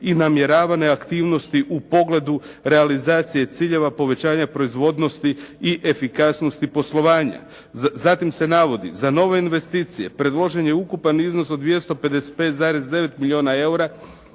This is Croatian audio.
i namjeravane aktivnosti u pogledu realizacije ciljeva, povećanja proizvodnosti i efikasnosti poslovanja. Zatim se navodi, za nove investicije predložen je ukupan iznos od 255,9 milijuna eura